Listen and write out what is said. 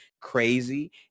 crazy